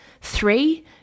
three